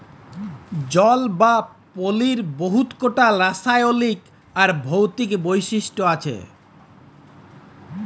জল বা পালির বহুত কটা রাসায়লিক আর ভৌতিক বৈশিষ্ট আছে